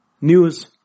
news